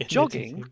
Jogging